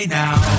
now